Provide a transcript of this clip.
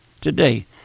today